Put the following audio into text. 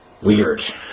weird